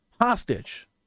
hostage